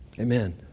Amen